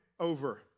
over